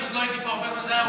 פשוט לא הייתי פה הרבה זמן.